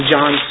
John